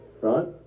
Right